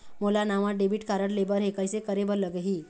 मोला नावा debit card लेबर हे, कइसे करे बर लगही?